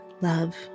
love